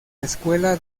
escuela